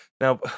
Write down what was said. Now